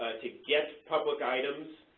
to get public items,